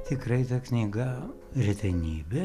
tikrai ta knyga retenybė